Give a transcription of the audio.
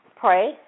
pray